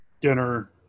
dinner